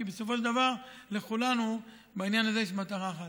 כי בסופו של דבר לכולנו בעניין הזה יש מטרה אחת.